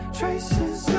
traces